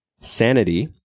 sanity